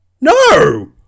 no